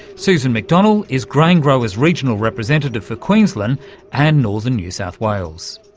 susan mcdonnell is graingrowers' regional representative for queensland and northern new south wales.